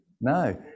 no